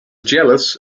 jealous